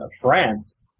France